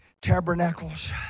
tabernacles